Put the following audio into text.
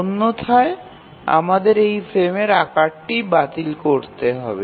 অন্যথায় আমাদের সেই ফ্রেমের আকারটি বাতিল করতে হবে